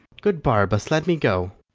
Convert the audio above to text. good barabas, let me go.